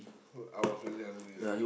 I was really hungry lah